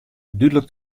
dúdlik